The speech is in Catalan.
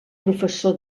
professor